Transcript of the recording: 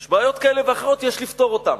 יש בעיות כאלה ואחרות שיש לפתור אותן.